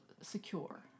secure